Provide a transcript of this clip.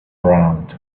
round